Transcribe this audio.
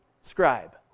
scribe